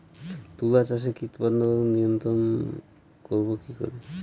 তুলা চাষে কীটপতঙ্গ নিয়ন্ত্রণর করব কি করে?